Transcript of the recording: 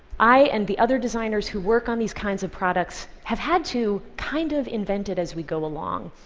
i and the other designers who work on these kinds of products have had to kind of invent it as we go along,